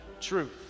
truth